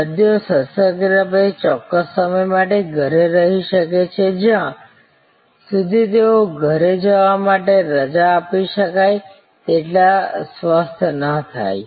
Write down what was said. દર્દીઓ શસ્ત્રક્રિયા પછી ચોક્કસ સમય માટે ઘરે રહી શકે છે જ્યાં સુધી તેઓ ઘરે જવા માટે રજા આપી શકાય તેટલા સ્વસ્થ ન થાય